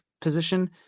position